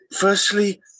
Firstly